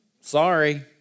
Sorry